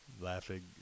laughing